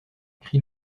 crie